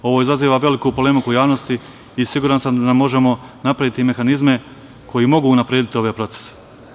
Ovo izaziva veliku polemiku u javnosti i siguran sam da možemo napraviti mehanizme koji mogu unaprediti ove procese.